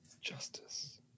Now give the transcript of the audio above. Justice